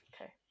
okay